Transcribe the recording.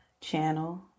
channel